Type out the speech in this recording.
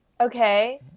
Okay